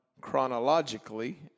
chronologically